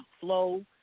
flow